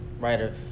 writer